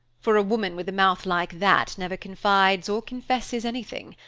for a woman with a mouth like that never confides or confesses anything.